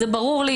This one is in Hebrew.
ברור לי.